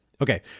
Okay